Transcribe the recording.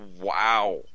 Wow